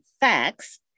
facts